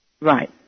Right